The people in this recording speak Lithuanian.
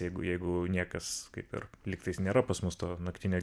jeigu jeigu niekas kaip ir lygtais nėra pas mus to naktinio